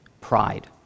Pride